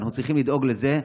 ואנחנו צריכים לדאוג לזה,